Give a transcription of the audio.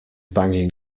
banging